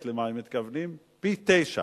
יש לך בטח התשובה כתובה, ואז,